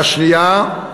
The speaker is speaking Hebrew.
והשנייה,